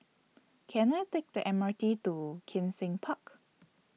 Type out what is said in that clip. Can I Take The M R T to Kim Seng Park